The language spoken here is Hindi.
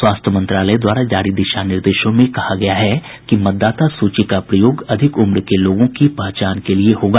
स्वास्थ्य मंत्रालय द्वारा जारी दिशा निर्देशों में कहा गया है कि मतदाता सूची का प्रयोग अधिक उम्र के लोगों की पहचान के लिए होगा